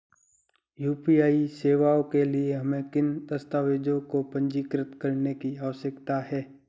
UPI सेवाओं के लिए हमें किन दस्तावेज़ों को पंजीकृत करने की आवश्यकता है?